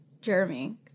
Jeremy